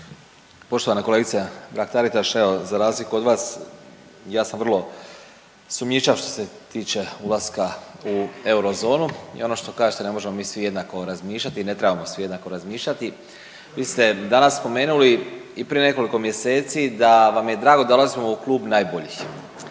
Poštovana kolegice Mrak-Taritaš, evo za razliku od vas ja sam vrlo sumnjičav što se tiče ulaska u eurozonu i ono što kažete ne možemo mi svi jednako razmišljati i ne trebamo svi jednako razmišljati. Vi ste danas spomenuli i prije nekoliko mjeseci da vam je drago da dolazimo u klub najboljih,